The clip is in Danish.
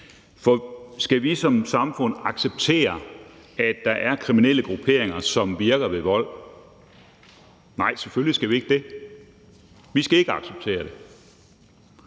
For skal vi som samfund acceptere, at der er kriminelle grupperinger, som virker ved vold? Nej, selvfølgelig skal vi ikke det. Vi skal ikke acceptere det.